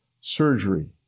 surgery